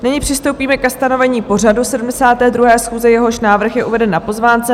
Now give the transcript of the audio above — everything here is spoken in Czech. Nyní přistoupíme ke stanovení pořadu 72. schůze, jehož návrh je uveden na pozvánce.